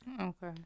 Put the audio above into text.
Okay